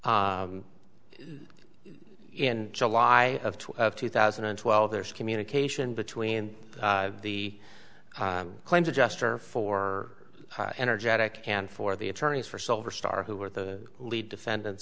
in july of two thousand and twelve there's communication between the claims adjuster for energetic and for the attorneys for silver star who were the lead defendants